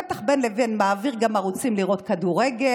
בטח בין לבין מעביר גם ערוצים לראות כדורגל,